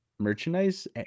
merchandise